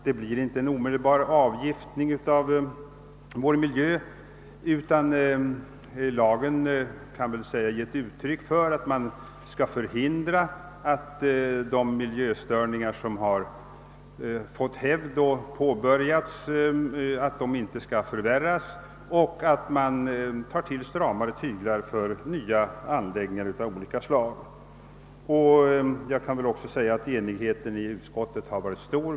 Det blir inte en omedelbar avgiftning av vår miljö, utan lagen kan väl närmast sägas ge uttryck för att man skall förhindra, att de miljöstörningar, som har fått hävd och påbörjats, inte skall förvärras och att man tar till stramare tyglar mot nya anläggningar av olika slag. Enigheten i utskottet kan väl också sägas ha varit stor.